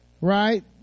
right